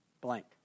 blank